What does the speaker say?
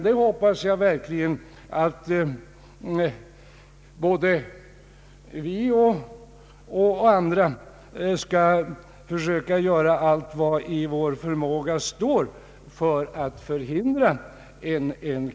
Jag hoppas verkligen att både vi och andra skall göra allt vad i vår förmåga står för att förhindra en sådan.